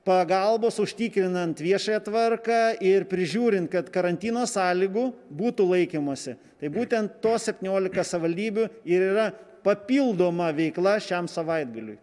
pagalbos užtikrinant viešąją tvarką ir prižiūrint kad karantino sąlygų būtų laikymosi tai būtent tos septyniolika savivaldybių ir yra papildoma veikla šiam savaitgaliui